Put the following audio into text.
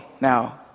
now